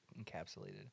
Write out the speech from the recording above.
encapsulated